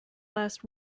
last